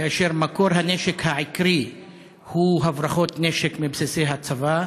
כאשר מקור הנשק העיקרי הוא הברחות נשק מבסיסי הצבא.